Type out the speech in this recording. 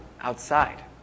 outside